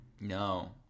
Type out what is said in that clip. No